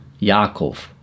Yaakov